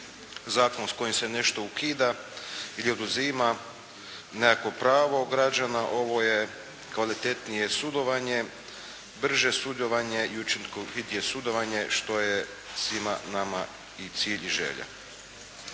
zakon s kojim se nešto ukida, ili oduzima nekakvo pravo građana, ovo je kvalitetnije sudovanje, brže sudovanje i učinkovitije sudovanje što je svima nama i cilj i želja.